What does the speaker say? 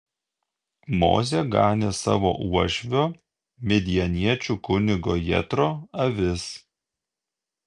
mozė ganė savo uošvio midjaniečių kunigo jetro avis